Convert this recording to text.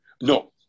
No